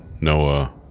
Noah